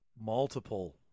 multiple